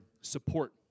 support